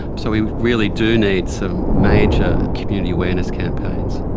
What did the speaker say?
so we really do need some major community awareness campaigns.